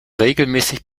regelmäßig